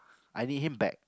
I need him back